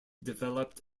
developed